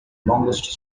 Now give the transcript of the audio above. longest